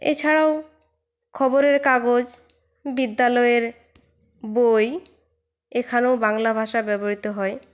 এছাড়াও খবরের কাগজ বিদ্যালয়ের বই এখানেও বাংলা ভাষা ব্যবহৃত হয়